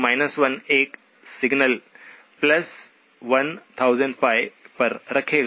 K 1 एक signal 1000π पर रखेगा